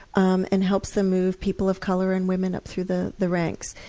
um and helps them move people of colour and women up through the the ranks.